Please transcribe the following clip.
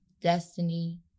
destiny